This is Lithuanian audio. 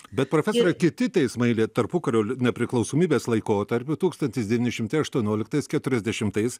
bet profesore kiti teismai lie tarpukario li nepriklausomybės laikotarpiu tūkstantis devyni šimtai aštuonioliktais keturiasdešimtais